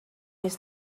his